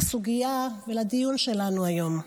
לסוגיה ולדיון שלנו היום.